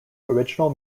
original